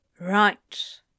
Right